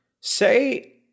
say –